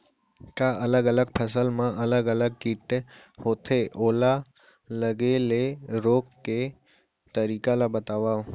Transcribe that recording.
का अलग अलग फसल मा अलग अलग किट होथे, ओला लगे ले रोके के तरीका ला बतावव?